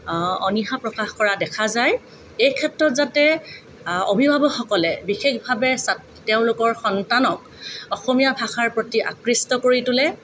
অনিহা প্ৰকাশ কৰা দেখা যায় এই ক্ষেত্ৰত যাতে অভিভাৱকসকলে বিশেষভাৱে তেওঁলোকৰ সন্তানক অসমীয়া ভাষাৰ প্ৰতি আকৃষ্ট কৰি তোলে